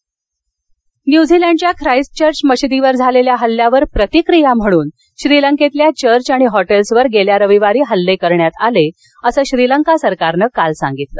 श्रीलंका न्यूझीलंडच्या Christ church मशीदीवर झालेल्या हल्ल्यावर प्रतिक्रिया म्हणून श्रीलंकेतल्या चर्चेस आणि हॉटेल्सवर गेल्या रविवारी हल्ले करण्यात आले असं श्रीलंका सरकारनं काल सांगितलं